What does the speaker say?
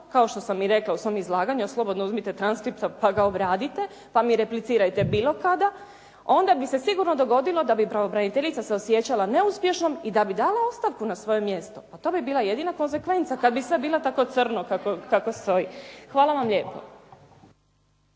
kao što sam rekla u svom izlaganju, a slobodno uzmite transkripte pa ga obradite, pa mi replicirajte bilo kada, onda bi se sigurno dogodilo da bi pravobraniteljica se osjećala neuspješnom i da bi dala ostavku na svoje mjesto. Pa to bila jedina konsekvenca kada bi sve bilo tako crno kako stoji. Hvala vam lijepo.